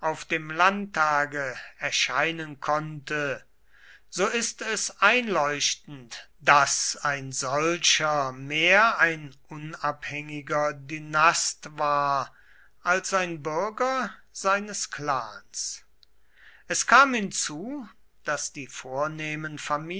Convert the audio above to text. dem landtage erscheinen konnte so ist es einleuchtend daß ein solcher mehr ein unabhängiger dynast war als ein bürger seines clans es kam hinzu daß die vornehmen